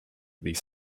these